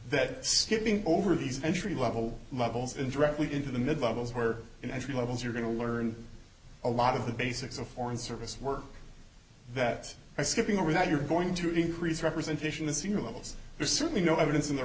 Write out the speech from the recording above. that skipping over these entry level levels in directly into the mid levels where in a few levels you're going to learn a lot of the basics of foreign service work that i skipping over that you're going to increase representation the senior levels there's certainly no evidence on the